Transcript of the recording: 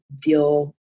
deal